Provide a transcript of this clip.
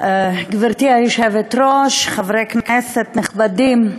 גברתי היושבת-ראש, חברי כנסת נכבדים,